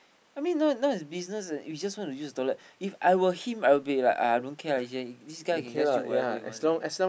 I mean not not his business you just want to use the toilet If I were him I will be like I don't care lah this guy can just do whatever he wants ah